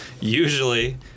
Usually